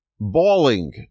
bawling